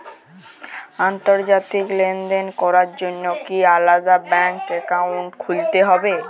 আন্তর্জাতিক লেনদেন করার জন্য কি আলাদা ব্যাংক অ্যাকাউন্ট খুলতে হবে?